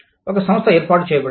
ఒక సంస్థ ఏర్పాటు చేయబడింది